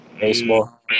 baseball